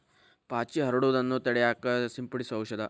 ಪಾಚಿ ಹರಡುದನ್ನ ತಡಿಯಾಕ ಸಿಂಪಡಿಸು ಔಷದ